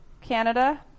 Canada